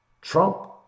Trump